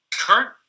Current